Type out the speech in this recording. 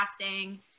casting